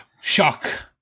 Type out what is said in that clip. shock